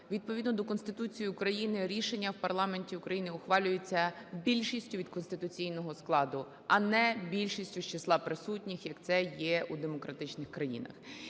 відповідно до Конституції України рішення в парламенті України ухвалюється більшістю від конституційного складу, а не більшістю з числа присутніх, як це є у демократичних країнах.